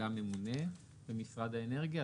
לממונה ממשרד האנרגיה,